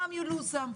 פעם אתה מפסיד קצת,